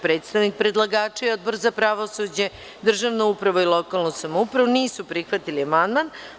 Predstavnik predlagača i Odbor za pravosuđe, državnu upravu i lokalnu samoupravu nisu prihvatili amandman.